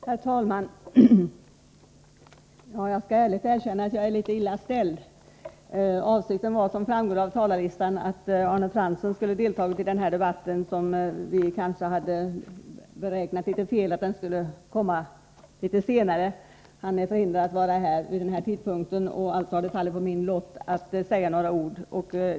Herr talman! Jag skall ärligt erkänna att jag är litet illa ställd. Avsikten var, som framgår av talarlistan, att Arne Fransson skulle ha deltagit i denna debatt, som vi litet felaktigt hade räknat med skulle komma något senare. Arne Fransson är förhindrad att vara här vid den här tidpunkten, och därför har det fallit på min lott att säga några ord.